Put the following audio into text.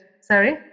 Sorry